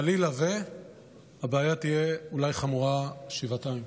אם חלילה, הבעיה תהיה אולי חמורה שבעתיים.